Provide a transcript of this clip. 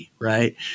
right